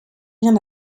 rien